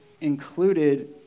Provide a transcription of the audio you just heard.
included